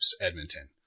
Edmonton